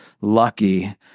lucky